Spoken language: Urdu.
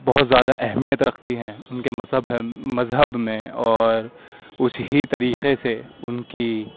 بہت زیادہ اہمیت رکھتی ہیں اُن کے مذہب ہے مذہب میں اور اُس ہی طریقے سے اُن کی